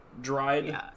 dried